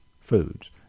foods